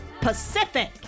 Pacific